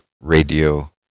radio